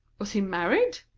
was he married?